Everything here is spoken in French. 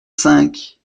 cinq